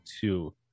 two